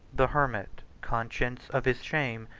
the hermit, conscious of his shame,